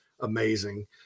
amazing